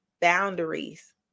boundaries